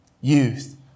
Youth